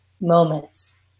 moments